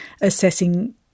assessing